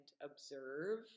observe